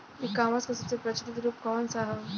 ई कॉमर्स क सबसे प्रचलित रूप कवन सा ह?